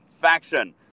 faction